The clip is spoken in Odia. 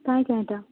କାହିଁ କାହିଁଟା